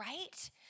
right